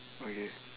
okay